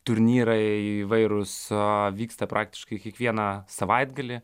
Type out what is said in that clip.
turnyrai įvairūs vyksta praktiškai kiekvieną savaitgalį